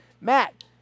Matt